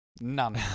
None